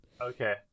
Okay